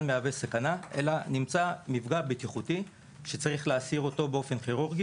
מהווה סכנה אלא יש מפגע בטיחותי שצריך להסיר באופן כירורגי.